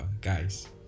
guys